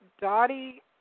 Dottie